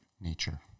nature